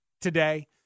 today